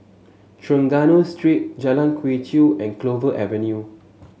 Trengganu Street Jalan Quee Chew and Clover Avenue